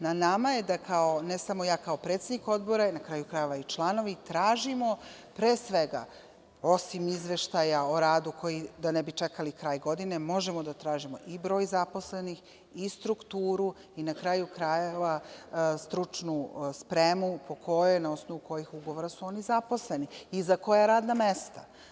Na nama je da kao, ne samo ja kao predsednik odbora, na kraju krajeva i članovi, tražimo pre svega, osim izveštaja o radu, da ne bi čekali kraj godine, možemo da tražimo i broj zaposlenih i strukturu i na kraju krajeva, stručnu spremu, na osnovu kojih ugovora su oni zaposleni i za koja radna mesta.